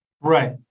Right